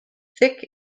thick